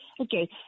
Okay